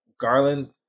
Garland